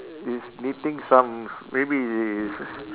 is knitting some maybe it is